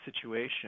situation